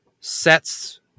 sets